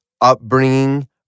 upbringing